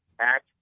Act